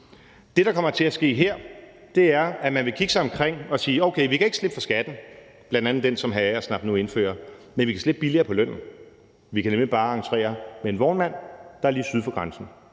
Det, der kommer til at ske her, er, at man vil kigge sig omkring og sige: Okay, vi kan ikke slippe for skatten – bl.a. den, som hr. Sigurd Agersnap nu indfører – men vi kan slippe billigere med hensyn til lønnen. Vi kan nemlig bare entrere med en vognmand, der er lige syd for grænsen